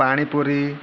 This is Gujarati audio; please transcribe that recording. પાણીપુરી